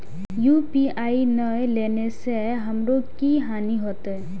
UPI ने लेने से हमरो की हानि होते?